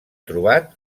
trobat